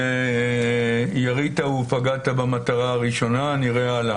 ירית ופגעת במטרה הראשונה, נראה הלאה.